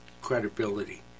credibility